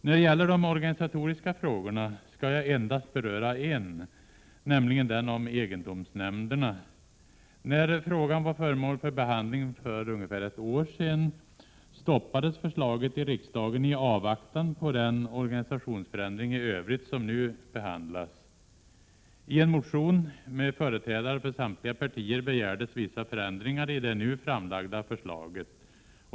När det gäller de organisatoriska frågorna skall jag endast beröra en, nämligen den om egendomsnämnderna. När frågan var föremål för behandling för ungefär ett år sedan stoppades förslaget i riksdagen i avvaktan på den organisationsförändring i övrigt som nu behandlas. I en motion med 85 företrädare för samtliga partier begärdes vissa förändringar i det nu framlagda förslaget.